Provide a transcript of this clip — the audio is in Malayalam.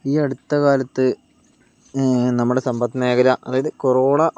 ഈ അടുത്തകാലത്ത് നമ്മുടെ സമ്പത്ത് മേഖല അതായത് കൊറോണ